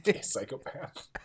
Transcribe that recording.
Psychopath